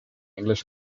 english